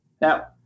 Now